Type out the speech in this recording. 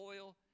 oil